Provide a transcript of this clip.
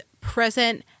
present